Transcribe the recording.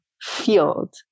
field